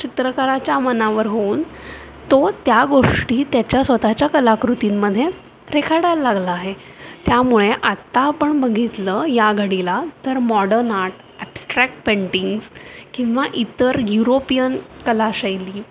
चित्रकाराच्या मनावर होऊन तो त्या गोष्टी त्याच्या स्वतःच्या कलाकृतींमध्ये रेखाटायला लागला आहे त्यामुळे आत्ता आपण बघितलं या घडीला तर मॉडर्न आर्ट ॲप्सट्रॅक पेंटिंग्स किंवा इतर युरोपियन कलाशैली